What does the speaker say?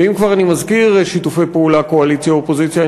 ואם אני כבר מזכיר שיתופי פעולה קואליציה אופוזיציה,